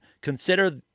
consider